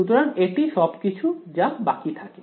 সুতরাং এটি সবকিছু যা বাকি থাকে